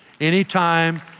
Anytime